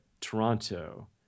Toronto